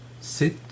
sit